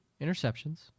interceptions